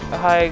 hi